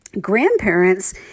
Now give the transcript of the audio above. grandparents